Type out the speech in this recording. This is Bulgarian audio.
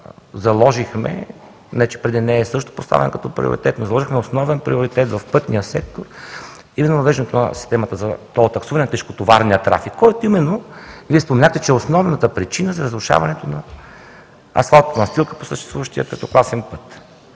заложихме – не, че преди не е поставен като приоритет, но заложихме като основен приоритет в пътния сектор именно въвеждането на системата за толтаксуване на тежкотоварния трафик, който именно Вие споменахте, че е основната причина за разрушаването на асфалтовата настилка по съществуващия третокласен път.